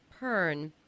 Pern